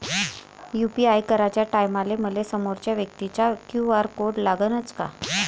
UPI कराच्या टायमाले मले समोरच्या व्यक्तीचा क्यू.आर कोड लागनच का?